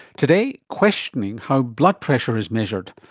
today, questioning how blood pressure is measured.